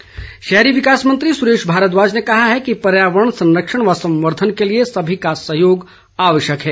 भारद्वाज शहरी विकास मंत्री सुरेश भारद्वाज ने कहा है कि पर्यावरण संरक्षण व संवर्द्वन के लिए सभी का सहयोग आवश्यक है